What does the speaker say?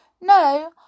No